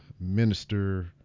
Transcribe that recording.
minister